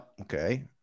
Okay